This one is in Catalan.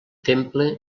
temple